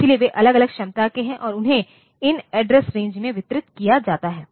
इसलिए वे अलग अलग क्षमता के हैं और उन्हें इन एड्रेस रेंज में वितरित किया जाता है